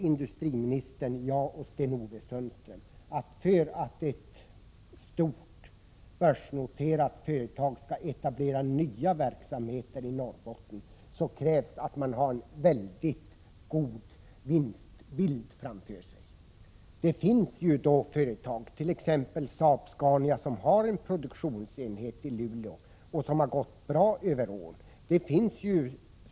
Industriministern, jag och Sten-Ove Sundström vet alla att för att ett stort börsnoterat företag skall etablera nya verksamheter i Norrbotten krävs det att företaget har en mycket god vinstbild framför sig. Det finns företag —t.ex. Saab-Scania —som har produktionsenheter i Luleå som har gått bra under åren.